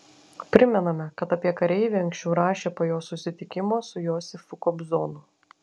primename kad apie kareivį anksčiau rašė po jo susitikimo su josifu kobzonu